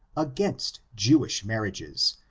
against jewish marriages,